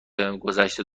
گدشته